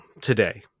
today